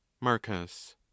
marcus